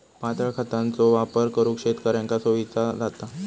पातळ खतांचो वापर करुक शेतकऱ्यांका सोयीचा जाता